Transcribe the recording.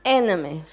enemy